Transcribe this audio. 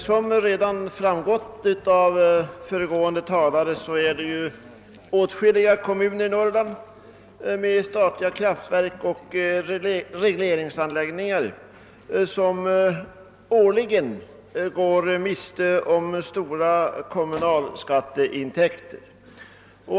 Som redan framgått av vad föregående talare sagt är det ju åtskilliga kommuner i Norrland med statliga kraftverk och regleringsanläggningar, som årligen går miste om stora kommunalskäatteintäkter.